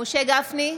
משה גפני,